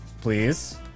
Please